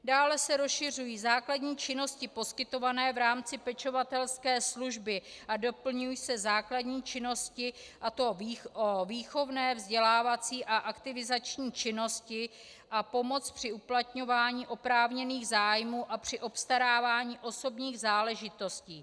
Dále se rozšiřují základní činnosti poskytované v rámci pečovatelské služby a doplňují se základní činnosti, a to o výchovné, vzdělávací a aktivizační činnosti a pomoc při uplatňování oprávněných zájmů a při obstarávání osobních záležitostí.